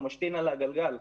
הוא משתין על הגלגל.